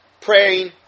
praying